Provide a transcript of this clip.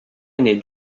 aîné